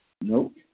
Nope